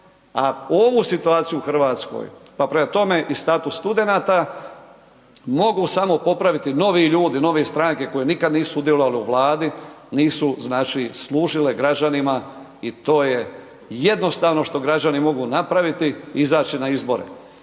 a ovu situaciju u RH, pa prema tome i status studenata mogu samo popraviti novi ljudi, nove stranke koje nikad nisu sudjelovale u Vladi, nisu znači služile građanima i to je jednostavno što građani mogu napraviti, izaći na izbore.